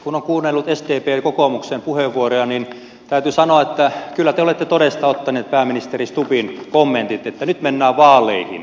kun on kuunnellut sdpn ja kokoomuksen puheenvuoroja täytyy sanoa että kyllä te olette todesta ottaneet pääministeri stubbin kommentit että nyt mennään vaaleihin